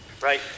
Right